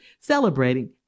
celebrating